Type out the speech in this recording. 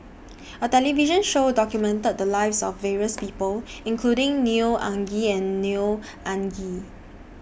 A television Show documented The Lives of various People including Neo Anngee and Neo Anngee